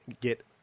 get